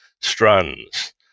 strands